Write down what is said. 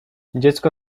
dziecko